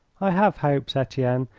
i have hopes, etienne.